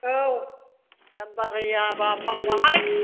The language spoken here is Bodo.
औ दाम बारायाबा मावाहाय